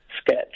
sketch